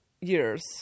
years